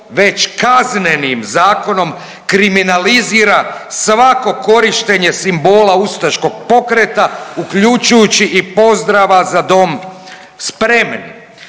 već Kaznenim zakonom kriminalizira svako korištenje simbola ustaškog pokreta uključujući i pozdrava „Za dom spremni“.